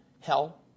hell